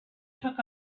took